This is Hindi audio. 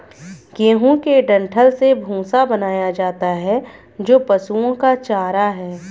गेहूं के डंठल से भूसा बनाया जाता है जो पशुओं का चारा है